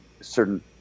certain